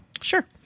Sure